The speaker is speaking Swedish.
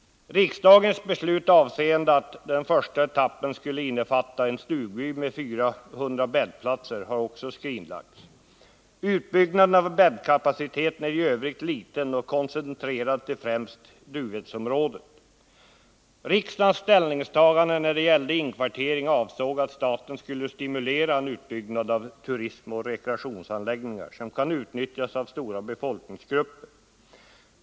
Riksdagens beslut om att den första etappen skulle innefatta en stugby med 400 bäddplatser har också skrinlagts. Utbyggnaden av bäddkapaciteten är i övrigt liten och koncentrerad till främst Duvedsområdet. Riksdagens ställningstaganden när det gällde inkvartering innebar att staten skulle stimulera en utbyggnad av turistoch rekreationsanläggningar som kunde utnyttjas av stora befolkningsgrupper.